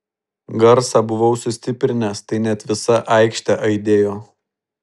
garsą buvau sustiprinęs tai net visa aikštė aidėjo